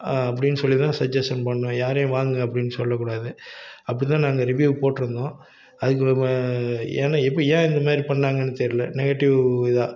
அப்படின்னு சொல்லி தான் சஜக்ஸன் பண்ணிணோம் யாரையும் வாங்குங்க அப்படின்னு சொல்லக்கூடாது அப்படி தான் நாங்கள் ரிவ்யூ போட்டிருந்தோம் அதுக்கு இவங்க ஏங்க எப் ஏன் இந்தமாதிரி பண்ணிணாங்கன்னு தெரில நெகடிவ் இதாக